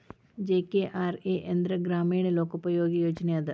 GKRA ಒಂದ ಗ್ರಾಮೇಣ ಲೋಕೋಪಯೋಗಿ ಯೋಜನೆ ಅದ